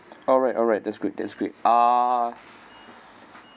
alright alright that's great that's great ah